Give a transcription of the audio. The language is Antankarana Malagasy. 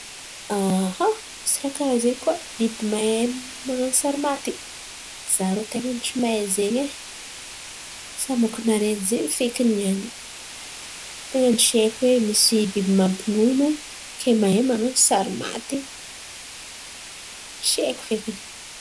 Misy raha karà zen̈y koa biby mahay man̈ano sary maty za rô tain̈a ny tsy mahay zen̈y e! Sambako naharen̈y zen̈y fekiny niany ten̈a ny tsy haiko hoe misy mampinono kay mahay man̈ano sary maty. Tsy haiko fekiny.